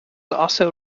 also